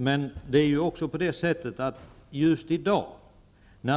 Just med tanke på att